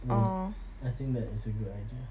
won't I think that is a good idea